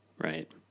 right